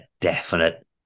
definite